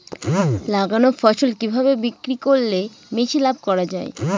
লাগানো ফসল কিভাবে বিক্রি করলে বেশি লাভ করা যায়?